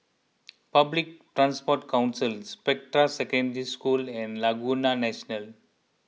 Public Transport Council Spectra Secondary School and Laguna National